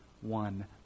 one